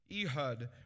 Ehud